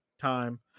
time